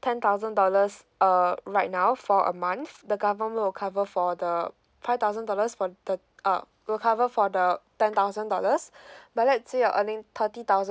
ten thousand dollars uh right now for a month the government will cover for the five thousand dollars for the uh will cover for the ten thousand dollars but let's say you're earning thirty thousand